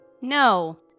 No